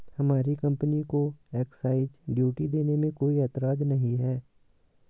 हमारी कंपनी को excise duty देने में कोई एतराज नहीं है